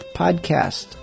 podcast